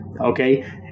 okay